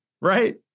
right